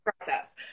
process